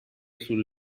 sul